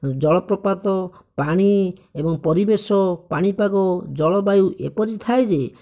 ଜଳପ୍ରପାତ ପାଣି ଏବଂ ପରିବେଶ ପାଣିପାଗ ଜଳବାୟୁ ଏପରି ଥାଏ ଯେ